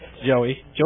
Joey